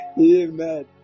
Amen